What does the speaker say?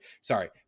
sorry